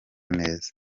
neza